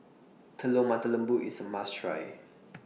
Telur Mata Lembu IS A must Try